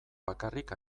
bakarrik